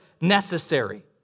necessary